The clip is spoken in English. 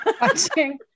Watching